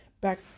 back